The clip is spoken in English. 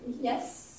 yes